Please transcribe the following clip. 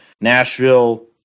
Nashville